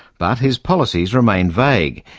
but his policies remain vague.